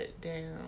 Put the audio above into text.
down